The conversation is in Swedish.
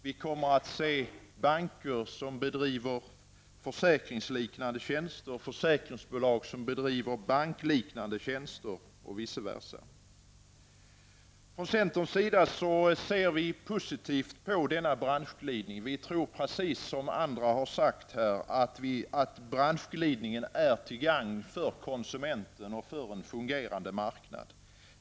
Vi kommer att se banker som erbjuder försäkringsliknande tjänster och försäkringsbolag som erbjuder bankliknande tjänster. Vi i centern ser positivt på denna branschglidning. Vi tror, precis som andra har sagt, att branschglidningen är till gagn för konsumenten och för en fungerande marknad.